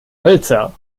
hölzer